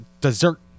dessert